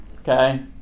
Okay